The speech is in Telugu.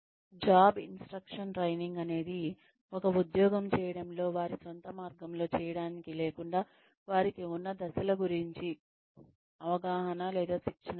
జాబ్ ఇన్స్ట్రక్షన్ ట్రైనింగ్ అనేది ఒక ఉద్యోగం చేయడంలో వారి సొంత మార్గంలో చేయడానికి లేకుండా వారికి ఉన్న దశల గురించి అవగాహన లేదా శిక్షణ ఇవ్వడం